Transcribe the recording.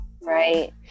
Right